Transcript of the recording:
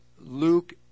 Luke